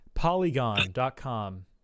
Polygon.com